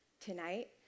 tonight